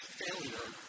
failure